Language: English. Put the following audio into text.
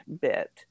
bit